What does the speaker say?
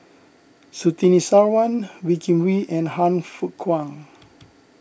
Surtini Sarwan Wee Kim Wee and Han Fook Kwang